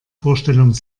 vorstellung